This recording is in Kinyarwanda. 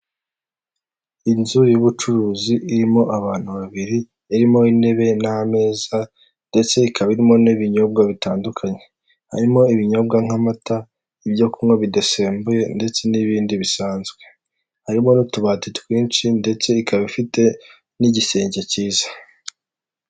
Inzu y'ubucuruzi irimo abantu babiri, irimo intebe n'ameza, ndetse ikaba irimo n'ibinyobwa bitandukanye, harimo ibinyobwa nk'amata, ibyo kunywa bidasembuye ndetse n'ibindi bisanzwe, harimo n'utubati twinshi ndetse ikaba ifite n'igisenge cyiza.